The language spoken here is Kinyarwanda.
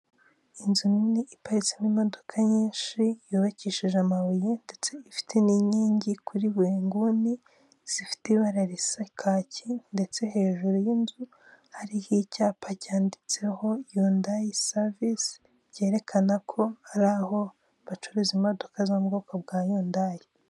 Inzu nini iparitsemo imodoka nyinshi, yubakishije amabuye ndetse ifite n'inkingi kuri buri nguni zifite ibara risa kaki ndetse hejuru y'inzu hariho icyapa cyanditseho yundayi savisi byerekana ko ari aho bacuruza imodoka zo mu bwoko bwa yundayi.